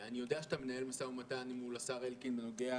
אני יודע שאתה מנהל משא ומתן מול השר אלקין בנוגע